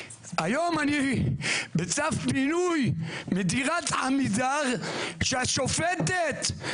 היום אני בצו פינוי מדירת עמידר כשהשופטת,